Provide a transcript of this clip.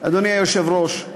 אדוני היושב-ראש,